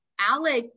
Alex